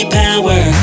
power